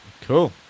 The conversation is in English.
Cool